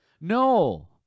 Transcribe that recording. no